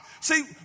See